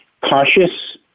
cautious